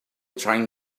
trying